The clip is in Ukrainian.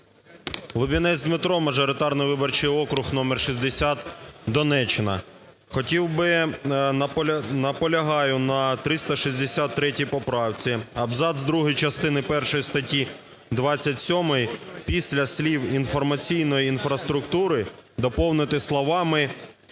Лубінець Дмитро, мажоритарний виборчий округ № 60, Донеччина. Хотів би, наполягаю на 363 поправці. Абзац другий частини першої статті 27 після слів "інформаційної інфраструктури" доповнити словами "системи